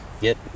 get